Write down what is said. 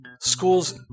School's